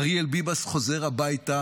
אריאל ביבס חוזר הביתה